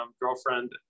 girlfriend